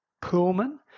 Pullman